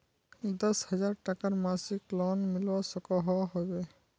दस हजार टकार मासिक लोन मिलवा सकोहो होबे?